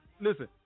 listen